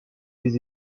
des